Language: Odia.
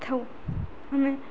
ଥାଉ ଆମେ